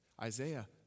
Isaiah